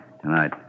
tonight